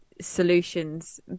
solutions